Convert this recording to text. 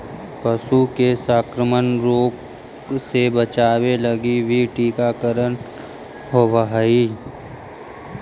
पशु के संक्रामक रोग से बचावे लगी भी टीकाकरण होवऽ हइ